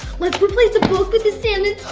let's replace the book with the sandwich.